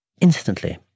Instantly